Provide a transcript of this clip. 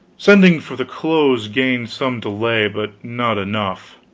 sending for the clothes gained some delay, but not enough.